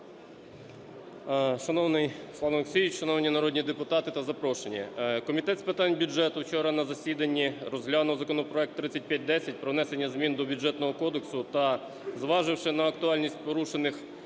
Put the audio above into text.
Шановний Руслан Олексійович! Шановні народні депутати та запрошені! Комітет з питань бюджету вчора на засіданні розглянув законопроект 3510 про внесення змін до Бюджетного кодексу та, зваживши на актуальність порушених